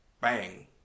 Bang